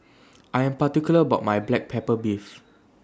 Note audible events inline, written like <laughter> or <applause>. <noise> I Am particular about My Black Pepper Beef